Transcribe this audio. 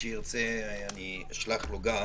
היציאה למרחב הציבורי לא חלה עליהם.